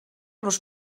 los